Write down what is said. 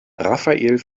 rafael